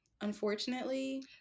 Unfortunately